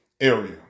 area